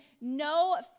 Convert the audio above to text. no